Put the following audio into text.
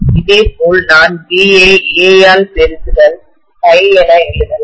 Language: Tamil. இதேபோல் நான் B ஐ A ஆல் பெருக்குதல் ∅ என எழுதலாம்